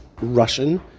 Russian